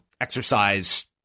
exercise